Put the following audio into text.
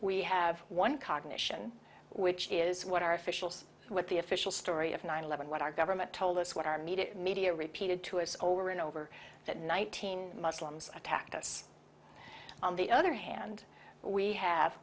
we have one cognition which is what our officials what the official story of nine eleven what our government told us what our media media repeated to us over and over that nineteen muslims attacked us on the other hand we have